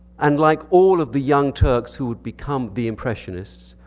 and like all of the young turks who would become the impressionists,